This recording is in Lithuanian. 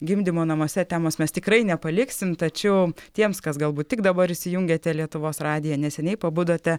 gimdymo namuose temos mes tikrai nepaliksim tačiau tiems kas galbūt tik dabar įsijungėte lietuvos radiją neseniai pabudote